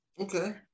Okay